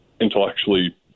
intellectually